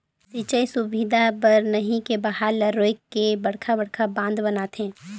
सिंचई सुबिधा बर नही के बहाल ल रोयक के बड़खा बड़खा बांध बनाथे